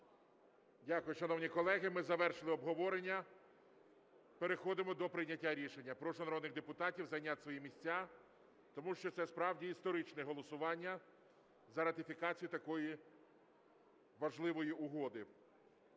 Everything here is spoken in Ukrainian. Дякую. Шановні колеги, ми завершили обговорення. Переходимо до прийняття рішення. Прошу народних депутатів зайняти свої місця, тому що це справді історичне голосування за ратифікацію такої важливої угоди.